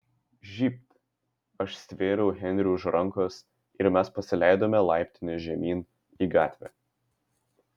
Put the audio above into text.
žybt aš stvėriau henrį už rankos ir mes pasileidome laiptine žemyn į gatvę